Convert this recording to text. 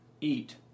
eat